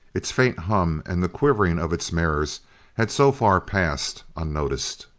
its faint hum and the quivering of its mirrors had so far passed unnoticed.